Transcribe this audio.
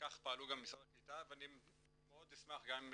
כך פעלו גם משרד הקליטה ואני מאוד אשמח גם אם